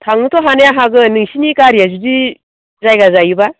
थांनोथ' हानाया हागोन नोंसिनि गारिया जुदि जायगा जायोब्ला